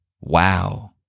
Wow